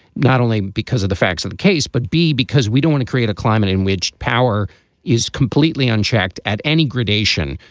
not only because of the facts of the case, but b, because we do want to create a climate in which power is completely unchecked at any gradation,